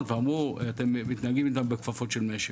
ואמרו: אתם מתנהגים איתם בכפפות של משי,